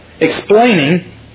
explaining